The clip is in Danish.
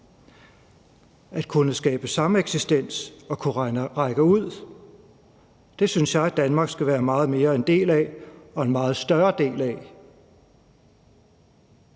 At kunne skabe sameksistens og kunne række ud synes jeg at Danmark skal være meget mere en del af og en meget større del af.